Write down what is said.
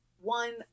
one